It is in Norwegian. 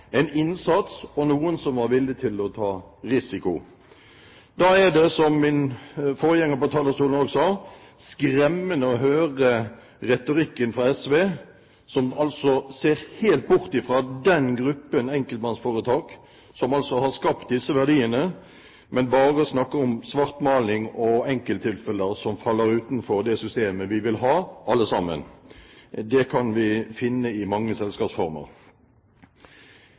en innsats og noen som var villige til å ta risiko. Da er det, som min forgjenger på talerstolen også sa, skremmende å høre retorikken fra SV, som altså ser helt bort fra den gruppen enkeltmannsforetak som altså har skapt disse verdiene, men bare snakker om svartmaling og enkelttilfeller som faller utenfor det systemet som vi alle sammen vil ha. Det kan vi finne i mange selskapsformer.